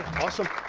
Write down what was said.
awesome.